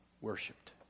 worshipped